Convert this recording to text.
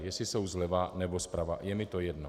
Jestli jsou zleva nebo zprava, je mi to jedno.